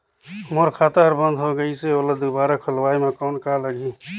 मोर खाता हर बंद हो गाईस है ओला दुबारा खोलवाय म कौन का लगही?